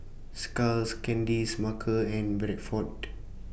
Skulls Candy Smuckers and Bradford